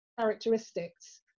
characteristics